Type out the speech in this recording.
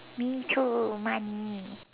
me too money